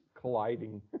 colliding